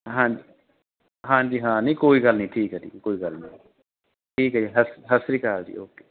ਹਾਂਜੀ ਹਾਂਜੀ ਹਾਂ ਨਹੀ ਕੋਈ ਗੱਲ ਨਹੀਂ ਠੀਕ ਹੈ ਦੀਦੀ ਕੋਈ ਗੱਲ ਨਹੀਂ ਠੀਕ ਹੈ ਜੀ ਸਸ ਸਤਿ ਸ਼੍ਰੀ ਅਕਾਲ ਜੀ ਓਕੇ